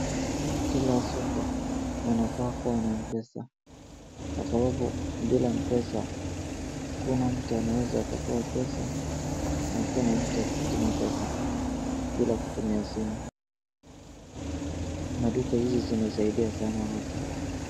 Kila soko wanafaa kuwa na Mpesa kwa sababu bila Mpesa hakuna mtu anaweza kutoa pesa na hakuna mtu atatuma pesa bila kutumia simu. Maduka hizi zimesaidia sana watu.